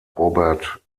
robert